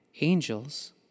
angels